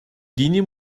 dini